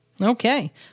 Okay